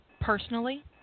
personally